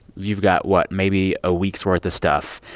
you've got what? maybe a week's worth of stuff.